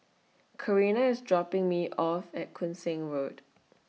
Karina IS dropping Me off At Koon Seng Road